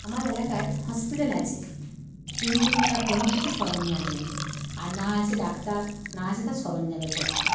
আমার এলাকায় হসপিটাল আছে কিন্তু তার কোন কিছু সরঞ্জাম নেই আর না আছে ডাক্তার না আছে তার সরঞ্জামের পত্র